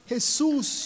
Jesus